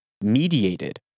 mediated